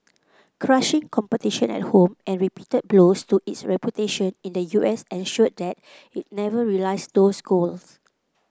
crushing competition at home and repeated blows to its reputation in the U S ensured that it never realised those goals